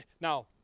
Now